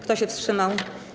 Kto się wstrzymał?